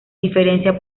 diferencia